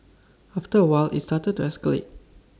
after A while IT started to escalate